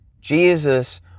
Jesus